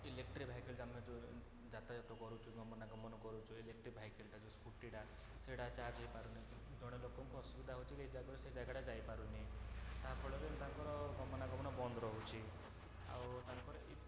electric ଭେଇକିଲଟା ଆମର ଯେଉଁ ଯାତାୟାତ କରୁଛୁ ଗମନାଗମନ କରୁଛୁ ଇଲେକ୍ଟ୍ରିକ୍ ଭେଇକିଲଟା ଯେଉଁ ସ୍କୁଟିଟା ସେଇଟା ଚାର୍ଜ ହେଇପାରୁନି ଜଣେ ଲୋକଙ୍କୁ ଅସୁବିଧା ହଉଛି ଯେ ଏ ଜାଗାରୁ ସେ ଜାଗାଟା ଯାଇପାରୁନି ତା' ଫଳରେ ତାଙ୍କର ଗମନାଗମନ ବନ୍ଦ ରହୁଛି ଆଉ ତାଙ୍କର ଏ